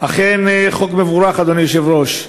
אכן חוק מבורך, אדוני היושב-ראש.